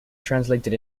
translated